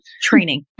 training